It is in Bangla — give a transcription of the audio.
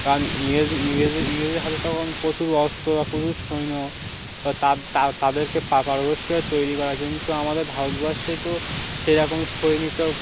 কারণ ইংরেজ ইংরেজে ইংরেজের হাতে তখন প্রচুর অস্ত্র বা প্রচুর সৈন্য বা তাদেরকে পাকা ব্যবস্থায় তৈরি করা কিন্তু আমাদের ভারতবর্ষে তো সেরকম সৈনিক তো